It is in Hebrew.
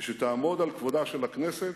היא שתעמוד על כבודה של הכנסת